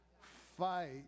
Fight